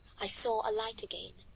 i saw a light again.